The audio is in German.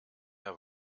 der